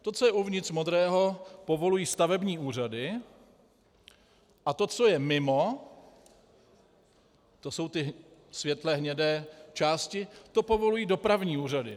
To, co je uvnitř modrého, povolují stavební úřady a to, co je mimo, to jsou ty světlehnědé části, to povolují správní a dopravní úřady.